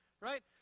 right